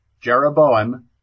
Jeroboam